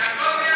תברך,